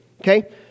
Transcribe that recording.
okay